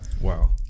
Wow